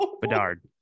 bedard